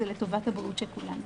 זה לטובת הבריאות של כולנו.